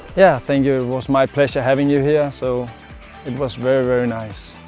yeah, thank you. it was my pleasure having you here so it was very very nice!